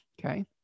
okay